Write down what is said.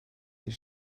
bir